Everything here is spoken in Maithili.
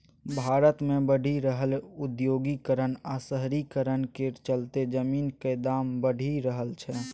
भारत मे बढ़ि रहल औद्योगीकरण आ शहरीकरण केर चलते जमीनक दाम बढ़ि रहल छै